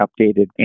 updated